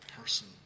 person